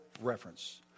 reference